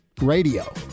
Radio